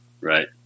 Right